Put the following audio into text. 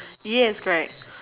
yes correct